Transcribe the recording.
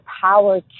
power